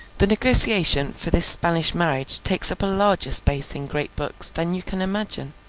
the negotiation for this spanish marriage takes up a larger space in great books, than you can imagine,